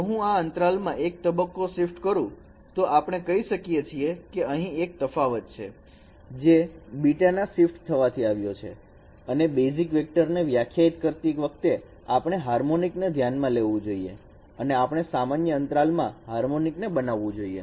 જો હું આ અંતરાલમાં એક તબક્કો શિફ્ટ કરું તો આપણે કહી શકીએ કે અહીં એક તફાવત છે જે 𝜷 ના શિફ્ટ થવાથી આવ્યો છે અને બેઝિક વેક્ટર ને વ્યાખ્યાયિત કરતી વખતે આપણે હાર્મોનિક ને ધ્યાનમાં લેવું જોઇએ અને આપણે સામાન્ય અંતરાલમાં હોર્મોનિક ને બનાવવું જોઈએ